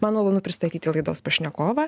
man malonu pristatyti laidos pašnekovą